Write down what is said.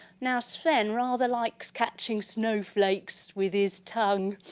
now sven rather likes catching snowflakes with his tongue,